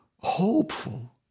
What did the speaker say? hopeful